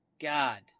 God